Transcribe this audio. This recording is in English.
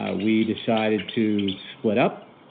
ah we decided to split up.